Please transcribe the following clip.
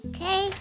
Okay